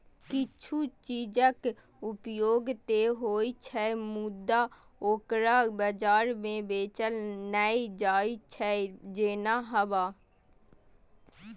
किछु चीजक उपयोग ते होइ छै, मुदा ओकरा बाजार मे बेचल नै जाइ छै, जेना हवा